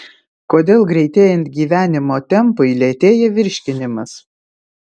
kodėl greitėjant gyvenimo tempui lėtėja virškinimas